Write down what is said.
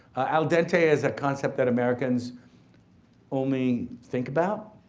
al dente is a concept that americans only think about.